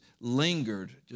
lingered